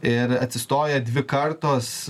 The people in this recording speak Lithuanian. ir atsistoja dvi kartos